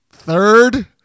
third